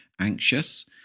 anxious